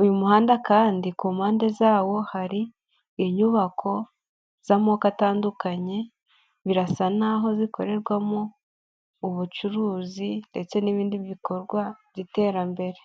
uyu muhanda kandi ku mpande zawo hari inyubako z'amoko atandukanye birasa n'aho zikorerwamo ubucuruzi ndetse n'ibindi bikorwa by'iterambere.